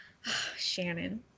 shannon